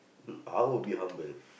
I would be humble